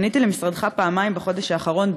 פניתי למשרדך פעמיים בחודש האחרון,